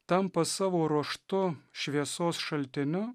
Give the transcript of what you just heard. tampa savo ruožtu šviesos šaltiniu